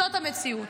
זאת המציאות.